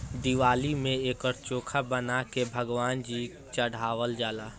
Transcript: दिवाली में एकर चोखा बना के भगवान जी चढ़ावल जाला